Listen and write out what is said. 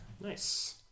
nice